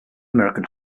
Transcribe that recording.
american